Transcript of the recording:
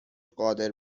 قادر